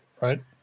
right